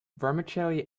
vermicelli